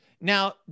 Now